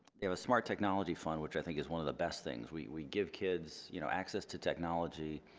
they have a smart technology fund, which i think is one of the best things. we give kids, you know, access to technology.